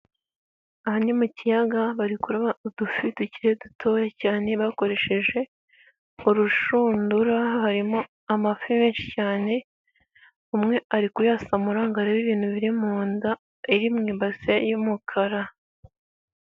Ahan ni mu kiyaga bari kureba udufi duke dutoya cyane bakoresheje urushundura, harimo amafi menshi cyane, umwe ari kuyasamuraranga ngo arebe ibintu biri mu nda, iri mu ibasi y'umukara.